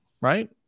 right